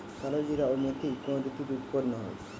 কালোজিরা এবং মেথি কোন ঋতুতে উৎপন্ন হয়?